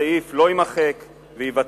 הוא שהסעיף לא יימחק וייוותר,